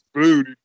food